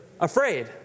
afraid